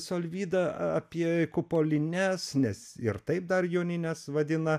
su alvyda apie kupolines nes ir taip dar jonines vadina